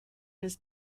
his